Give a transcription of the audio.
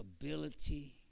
ability